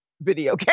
video